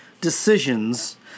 decisions